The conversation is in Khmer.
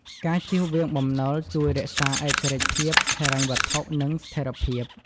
ការជៀសវាងបំណុលជួយរក្សាឯករាជ្យភាពហិរញ្ញវត្ថុ និងស្ថេរភាព។